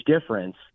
difference